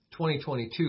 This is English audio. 2022